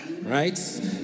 right